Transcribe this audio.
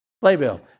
Playbill